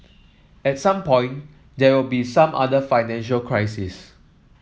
at some point there will be some other financial crises